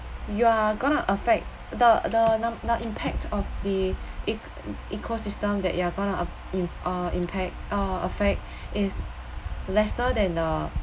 you're gonna affect the the no~ impact of the ec~ ecosystem that you are gonna um im~ uh impact uh affect is lesser than the